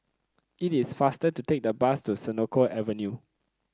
it is faster to take the bus to Senoko Avenue